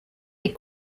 des